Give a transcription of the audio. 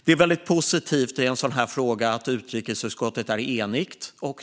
Det är väldigt positivt i en sådan här fråga att utrikesutskottet är enigt.